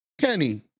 Kenny